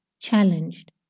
challenged